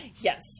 yes